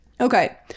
okay